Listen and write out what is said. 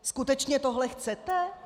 Skutečně tohle chcete?